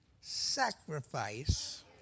sacrifice